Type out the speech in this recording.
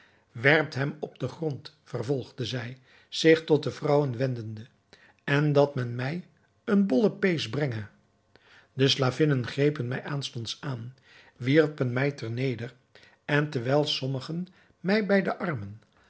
werpt hem op den grond vervolgde zij zich tot de vrouwen wendende en dat men mij een bollepees brenge de slavinnen grepen mij aanstonds aan wierpen mij ter neder en terwijl sommigen mij bij de armen